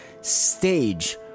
stage